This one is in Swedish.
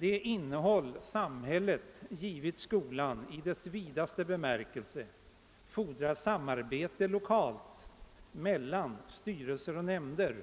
Det innehåll samhället givit skolan i dess vidaste bemärkelse fordrar samarbete lokalt mellan styrelser och nämnder,